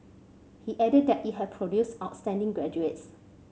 he added that it had produce outstanding graduates